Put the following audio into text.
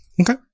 Okay